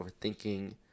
overthinking